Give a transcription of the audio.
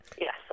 yes